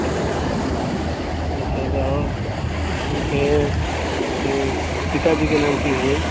ह्म्म अच्छा तऽ आओर अहाँके अथी पिताजीके नाम की भेलनि